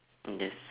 mm yes